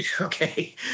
okay